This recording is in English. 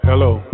Hello